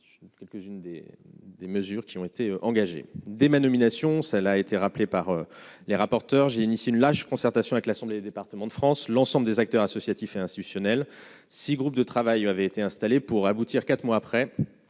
quelques-unes des des mesures qui ont été engagées dès ma nomination, c'est l'a été rappelé par. Les rapporteurs j'initient une large concertation avec l'Assemblée des départements de France, l'ensemble des acteurs associatifs et institutionnels 6 groupes de travail où avait été installé pour aboutir, 4 mois après